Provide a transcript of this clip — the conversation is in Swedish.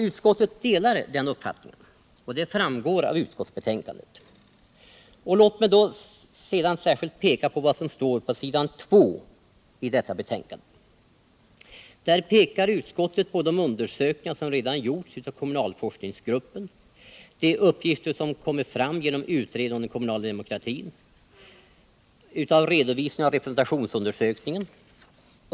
Utskottet delar denna uppfattning — det framgår av utskottsbetänkandet. Låt mig sedan särskilt framhålla vad som står på s. 2 i detta betänkande. Där pekar utskottet på de undersökningar som redan gjorts av kommunalforskningsgruppen, de uppgifter som framkommit genom utredningen om den kommunala demokratin samt redovisningen av representationsundersökningen.